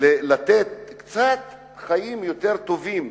לתת חיים קצת יותר טובים